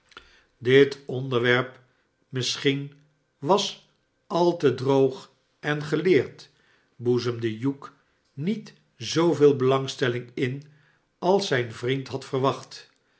dit onderwerp misschien wat al te droog en geleerd boezemde hugh niet zooveel belangstelling in als zijn vriend had verwacht